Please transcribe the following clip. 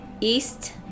east